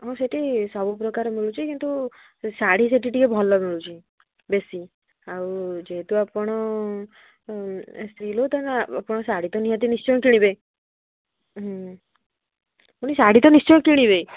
ହଁ ସେଠି ସବୁପ୍ରକାର ମିଳୁଛି କିନ୍ତୁ ଶାଢ଼ୀ ସେଠି ଟିକେ ଭଲ ମିଳୁଛି ବେଶୀ ଆଉ ଯେହେତୁ ଆପଣ ସ୍ତ୍ରୀ ଲୋକ ତ ଆପଣ ଶାଢ଼ୀ ତ ନିହାତି ନିଶ୍ଚୟ କିଣିବେ ହୁଁ ମୁଁ କହିଲି ଶାଢ଼ୀ ତ ନିଶ୍ଚୟ କିଣିବେ